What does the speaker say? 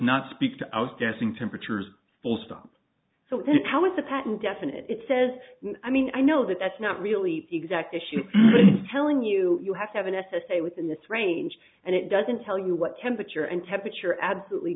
not speak to outgassing temperatures full stop so how is the patent definite it says i mean i know that that's not really exact issue telling you you have to have an s s a within this range and it doesn't tell you what temperature and temperature absolutely